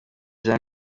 jean